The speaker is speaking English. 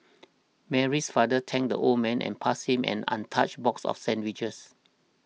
Mary's father thanked the old man and passed him an untouched box of sandwiches